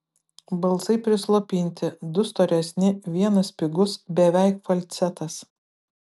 balsai prislopinti du storesni vienas spigus beveik falcetas